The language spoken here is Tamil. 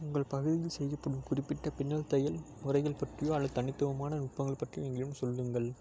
உங்கள் பகுதியில் செய்யப்படும் குறிப்பிட்ட பின்னல் தையல் முறைகள் பற்றியோ அல்லது தனித்துவமான நுட்பங்கள் பற்றியோ எங்களிடம் சொல்லுங்கள்